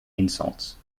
insults